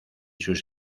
sus